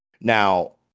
Now